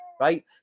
right